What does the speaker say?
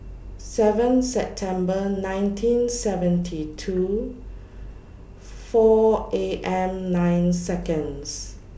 seven September nineteen seventy two four A M nine Seconds